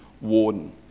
warden